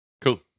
cool